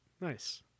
Nice